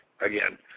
again